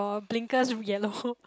Blinkest yellow